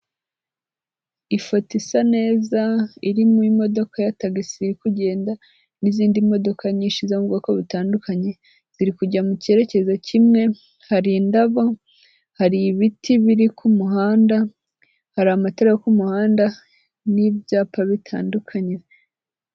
Ifoto isa neza irimo imodoka ya tagisi iri kugenda n'izindi modoka nyinshi zo mu bwoko butandukanye, ziri kujya mu cyerekezo kimwe, hari indabo, hari ibiti biri ku muhanda, hari amatara yo ku muhanda, n'ibyapa bitandukanye.